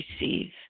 receive